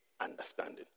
understanding